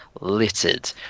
littered